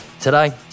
Today